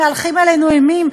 מהלכים עלינו אימים,